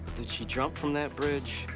did she jump from that bridge,